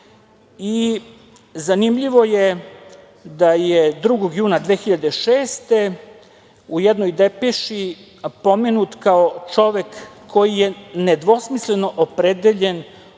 i zanimljivo je da je 2. juna 2006. godine u jednoj depeši pomenut kao čovek koji je nedvosmisleno opredeljen